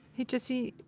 hey jessie,